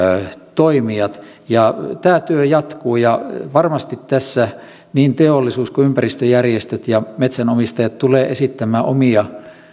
toimijat tämä työ jatkuu ja varmasti tässä niin teollisuus kuin ympäristöjärjestöt ja metsänomistajat tulevat esittämään omia